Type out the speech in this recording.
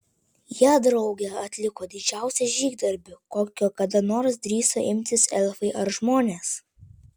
jie drauge atliko didžiausią žygdarbį kokio kada nors drįso imtis elfai ar žmonės